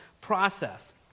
process